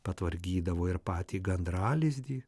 patvarkydavo ir patį gandralizdį